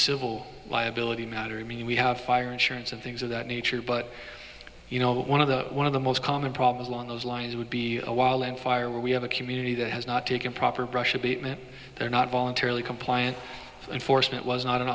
civil liability matter i mean we have fire insurance and things of that nature but you know one of the one of the most common problems along those lines would be a while and fire we have a community that has not taken proper brush there not voluntarily compliant enforcement was not an